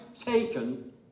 taken